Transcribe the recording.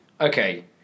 Okay